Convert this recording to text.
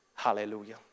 Hallelujah